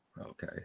Okay